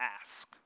ask